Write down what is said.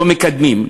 לא מקדמים.